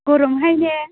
गरमहाय ने